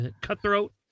Cutthroat